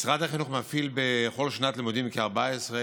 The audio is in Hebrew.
משרד החינוך מפעיל בכל שנת לימודים כ-14,000